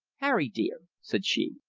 harry, dear, said she,